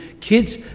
kids